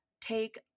take